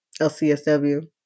LCSW